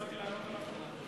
הצעתי לענות על הכול.